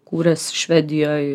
kūrėsi švedijoj